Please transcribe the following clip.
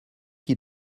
qui